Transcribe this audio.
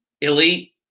Elite